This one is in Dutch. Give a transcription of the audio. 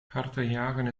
hartenjagen